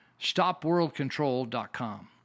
Stopworldcontrol.com